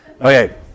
Okay